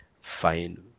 fine